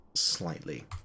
Slightly